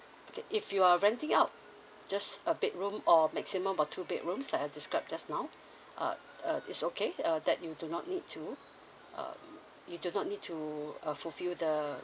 okay if you are renting out just a bedroom or maximum of two bedrooms like I described just now uh uh it's okay uh that you do not need to uh you do not need to uh fulfill the